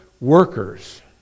workers